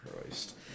Christ